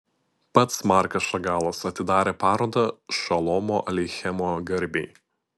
pats markas šagalas atidarė parodą šolomo aleichemo garbei